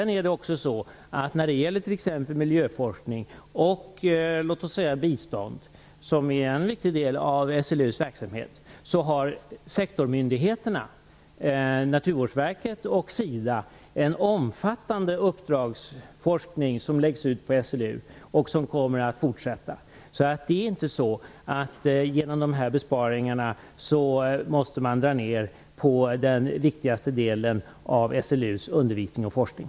När det gäller t.ex. miljöforskning och bistånd, som ju är en viktig del av SLU:s verksamhet, har sektorsmyndigheterna, Naturvårdsverket och SIDA, en omfattande uppdragsforskning som lagts ut på SLU och som kommer att fortsätta. Det är alltså inte så att man genom dessa besparingar måste dra ner på den viktigaste delen av SLU:s undervisning och forskning.